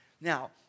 Now